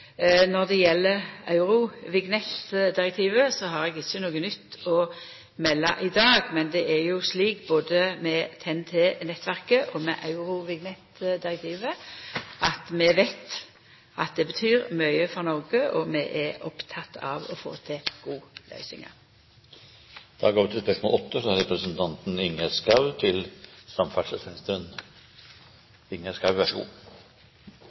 Når det gjeld Eurovignett-direktivet, har eg ikkje noko nytt å melda i dag. Men det er slik både med TEN-T-nettverket og med Eurovignett-direktivet at vi veit at dei betyr mykje for Noreg, og vi er opptekne av å få til gode løysingar. Jeg vil gjerne få stille samferdselsministeren følgende spørsmål: «I statsrådens brev til